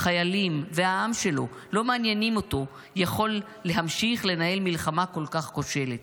החיילים והעם שלו לא מעניינים אותו יכול להמשיך לנהל מלחמה כל כך כושלת?